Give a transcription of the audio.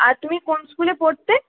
আর তুমি কোন স্কুলে পড়তে